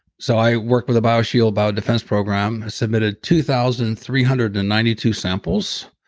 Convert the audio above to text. so i worked with a bio-shield about defense program has submitted two thousand three hundred and ninety two samples.